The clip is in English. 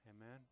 Amen